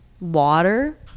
water